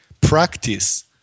practice